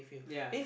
ya